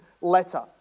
letter